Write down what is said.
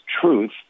truth